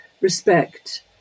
respect